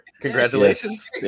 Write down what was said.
Congratulations